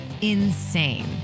insane